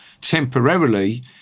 temporarily